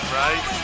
right